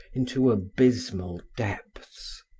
into abysmal depths.